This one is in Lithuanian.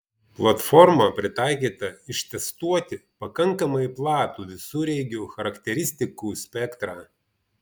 platforma pritaikyta ištestuoti pakankamai platų visureigių charakteristikų spektrą